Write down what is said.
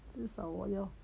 至少我要